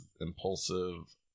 impulsive